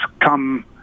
come